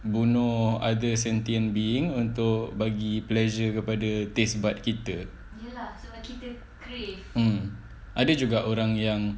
bunuh other sentient being untuk bagi pleasure pada taste bud kita mm ada juga orang yang